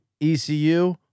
ECU